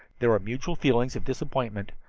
there were mutual feelings of disappointment,